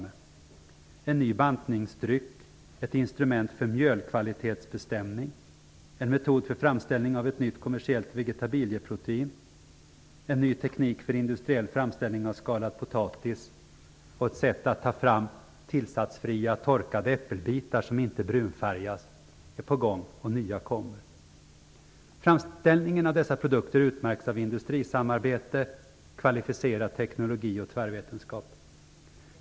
En ny bantningsdryck, ett instrument för mjölkvalitetsbestämning, en metod för framställning av ett nytt kommersiellt vegetabilieprotein, en ny teknik för industriell framställning av skalad potatis och ett sätt att ta fram tillsatsfria torkade äppelbitar som inte brunfärgas är på gång, och nya produkter kommer. Framställningen av dessa produkter utmärks av industrisamarbete, kvalificerad teknologi och tvärvetenskap.